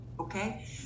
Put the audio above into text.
Okay